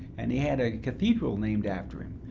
and he had a cathedral named after him.